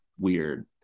weird